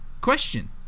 question